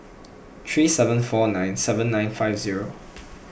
three seven four nine seven nine five zero